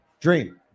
dream